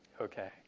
Okay